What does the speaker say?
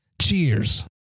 Cheers